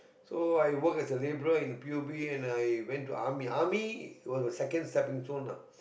so I work as a labourer in p_u_b and I went to army army was the second stepping stone ah